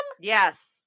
Yes